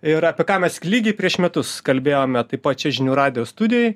ir apie ką mes lygiai prieš metus kalbėjome taip pat čia žinių radijo studijoj